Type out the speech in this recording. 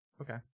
Okay